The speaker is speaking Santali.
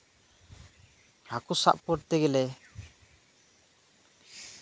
ᱦᱟᱹᱠᱩ ᱥᱟᱵ ᱠᱚᱨᱛᱮ ᱜᱮᱞᱮ